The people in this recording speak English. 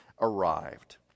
arrived